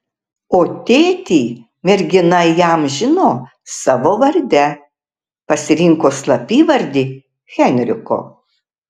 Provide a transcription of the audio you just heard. o tėtį mergina įamžino savo varde pasirinko slapyvardį henriko